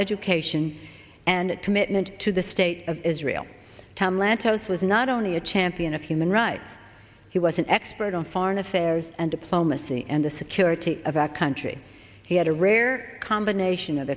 education and commitment to the state of israel tom lantos was not only a champion of human rights he was an expert on foreign affairs and diplomacy and the security of our country he had a rare combination of